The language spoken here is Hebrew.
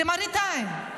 זה מראית עין,